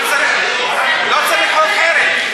לא צריך חוק חרם.